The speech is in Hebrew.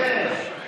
בכל זאת,